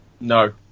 No